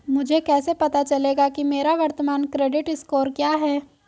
मुझे कैसे पता चलेगा कि मेरा वर्तमान क्रेडिट स्कोर क्या है?